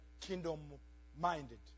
kingdom-minded